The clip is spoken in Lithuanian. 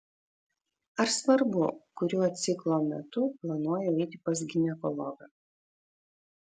ar svarbu kuriuo ciklo metu planuoju eiti pas ginekologą